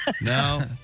No